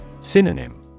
Synonym